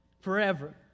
forever